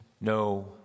no